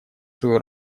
свою